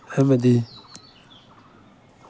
ꯍꯥꯏꯕꯗꯤ